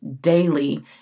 daily